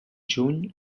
juny